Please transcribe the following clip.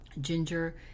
ginger